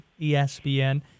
ESPN